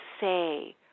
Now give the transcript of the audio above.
say